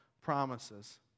promises